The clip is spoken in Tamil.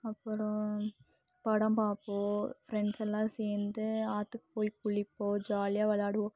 அப்புறம் படம் பார்ப்போம் ஃப்ரெண்ட்ஸ் எல்லாம் சேர்ந்து ஆற்றுக்குப் போய் குளிப்போம் ஜாலியாக விளாடுவோம்